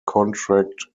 contract